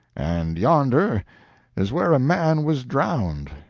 and yonder is where a man was drowned,